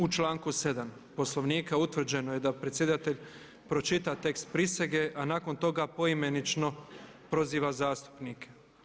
U članku 7. Poslovnika utvrđeno je da predsjedatelj pročita tekst prisege a nakon toga poimenično proziva zastupnike.